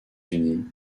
unis